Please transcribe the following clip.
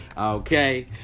okay